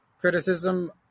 criticism